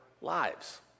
lives